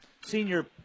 senior